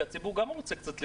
כי הציבור גם רוצה קצת ליהנות.